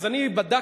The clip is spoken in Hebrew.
אז אני בדקתי